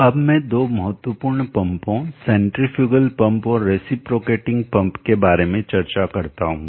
अब मैं दो महत्वपूर्ण पंपों सेंट्रीफ्यूगल पम्प और रेसिप्रोकेटिंग पंप के बारे में चर्चा करता हूँ